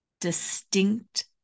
distinct